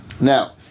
Now